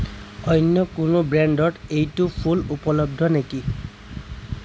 অন্য কোনো ব্রেণ্ডত এইটো ফুল উপলব্ধ নেকি